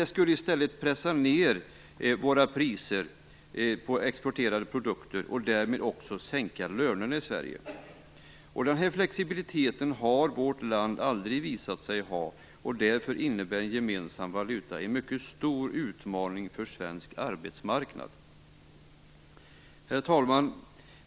I stället skulle det pressa ned våra priser på exporterade produkter och därmed också sänka lönerna i Sverige. Den flexibiliteten har vårt land aldrig visat sig ha. Därför innebär gemensam valuta en mycket stor utmaning för svensk arbetsmarknad. Herr talman!